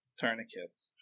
tourniquets